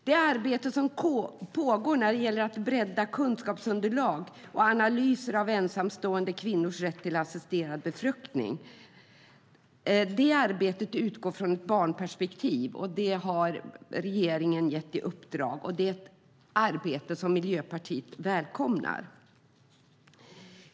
Det arbete som pågår för att bredda kunskapsunderlaget och göra analyser av ensamstående kvinnors rätt till assisterad befruktning utgår från ett barnperspektiv. Det är ett uppdrag som regeringen har gett. Det är ett arbete som Miljöpartiet välkomnar.